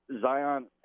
Zion